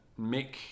Mick